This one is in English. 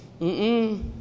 Mm-mm